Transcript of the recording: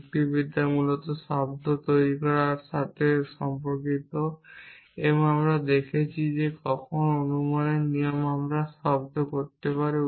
যুক্তিবিদ্যা মূলত শব্দ অনুমান তৈরির সাথে সম্পর্কিত এবং আমরা দেখেছি কখন অনুমানের নিয়ম আমরা শব্দ করতে পারি